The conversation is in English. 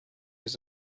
was